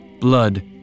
Blood